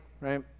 right